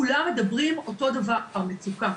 כולם מדברים אותו דבר המצוקה.